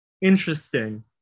Interesting